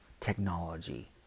technology